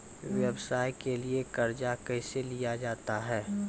व्यवसाय के लिए कर्जा कैसे लिया जाता हैं?